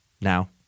now